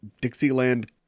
Dixieland